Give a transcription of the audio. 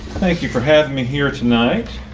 thank you for having me here tonight.